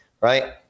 right